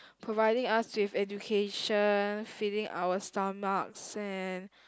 providing us with education feeding our stomachs and